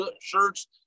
shirts